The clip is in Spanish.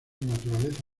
naturaleza